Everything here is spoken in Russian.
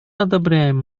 одобряем